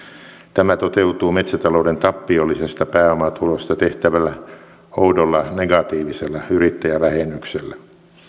tämä toteutuu metsätalouden tappiollisesta pääomatulosta tehtävällä oudolla negatiivisella yrittäjävähennyksellä